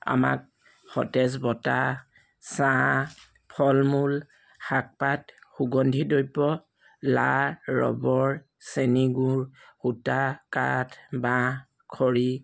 আমাক সতেজ বতাহ ছাঁ ফল মূল শাক পাত সুগন্ধি দ্ৰব্য লা ৰবৰ চেনী গুড় সূতা কাঠ বাঁহ খৰি